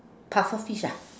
pufferfish ah